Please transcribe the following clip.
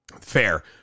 fair